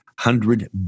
hundred